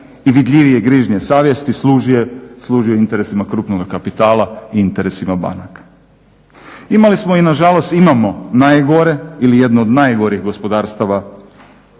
i vidljivije grižnje savjesti služio interesima krupnoga kapitala i interesima banaka. Imali smo i nažalost imamo najgore ili jedno od najgorih gospodarstava